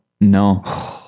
No